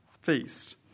feast